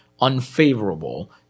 unfavorable